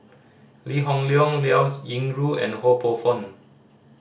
Lee Hoon Leong Liao Yingru and Ho Poh Fun